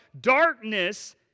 darkness